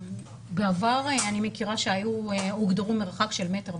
בעבר אני מכירה שהיו הוגדרו מרחק של מטר.